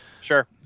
Sure